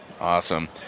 Awesome